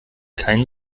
kein